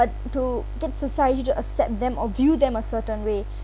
to get society to accept them or view them a certain way